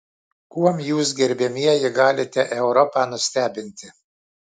kuom jūs gerbiamieji galite europą nustebinti